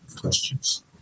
questions